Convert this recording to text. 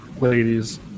ladies